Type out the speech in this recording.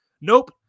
Nope